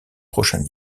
prochains